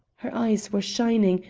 her eyes were shining,